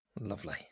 Lovely